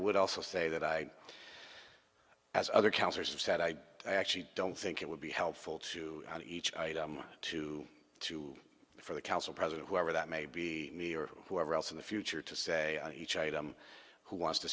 would also say that i as other counters of said i actually don't think it would be helpful to on each item one to two for the council president whoever that may be me or whoever else in the future to say each item who wants to